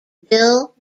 bill